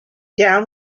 down